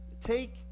Take